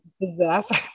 disaster